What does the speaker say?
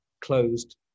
closed